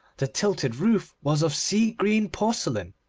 the tilted roof was of sea green porcelain,